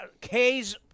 K's